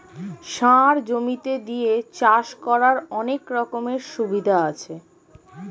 সার জমিতে দিয়ে চাষ করার অনেক রকমের সুবিধা আছে